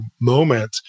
moment